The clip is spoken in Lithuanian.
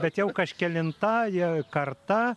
bet jau kažkelinta karta